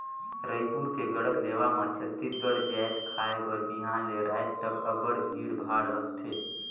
रइपुर के गढ़कलेवा म छत्तीसगढ़ जाएत खाए बर बिहान ले राएत तक अब्बड़ भीड़ भाड़ रहथे